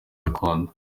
gakondo